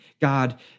God